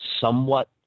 somewhat